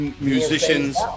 musicians